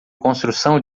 construção